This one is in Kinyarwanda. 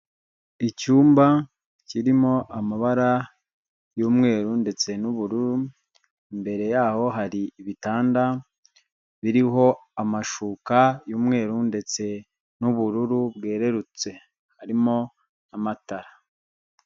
Icyumba kirimo amabara y'umweru ndetse n'ubururu, imbere yaho hari ibitanda biriho amashuka y'umweru ndetse n'ubururu bwererutse harimo amata.